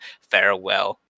farewell